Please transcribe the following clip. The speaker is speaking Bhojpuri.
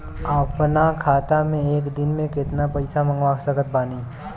अपना खाता मे एक दिन मे केतना पईसा मँगवा सकत बानी?